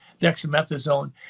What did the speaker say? dexamethasone